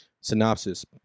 Synopsis